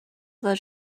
though